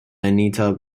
anita